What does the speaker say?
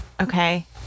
Okay